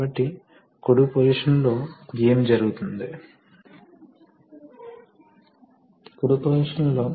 కాబట్టి ఇది పంప్ ఎలా ఉందో రిజర్వాయర్ తన పనిని ఎలా చేస్తుందో చూపిస్తుంది